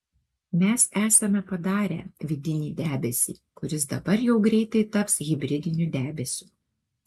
mes esame padarę vidinį debesį kuris dabar jau greitai taps hibridiniu debesiu